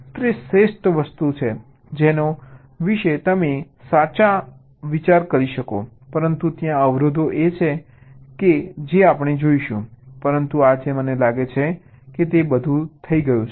તે શ્રેષ્ઠ વસ્તુ છે જેના વિશે તમે સાચા વિશે વિચારી શકો છો પરંતુ ત્યાં અવરોધો છે જે આપણે જોઈશું પરંતુ આજે મને લાગે છે કે તે બધુ જ છે